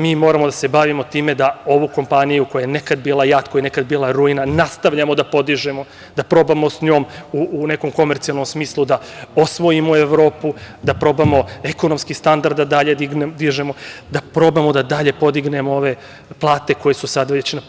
Mi moramo da se bavimo time da ovu kompaniju koja je nekad bila JAT, koja je nekad bila ruina, nastavljamo da podižemo, da probamo s njom u nekom komercijalnom smislu da osvojimo Evropu, da probamo ekonomski standard da dalje dižemo, da probamo da dalje podignemo ove plate koje su sad već na